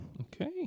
Okay